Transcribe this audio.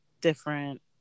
different